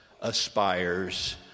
aspires